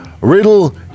Riddle